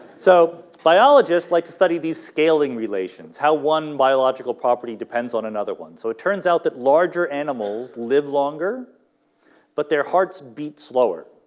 so biologists like to study these scaling relations. how one biological property depends on another one so it turns out that larger animals live longer but their hearts beat slower,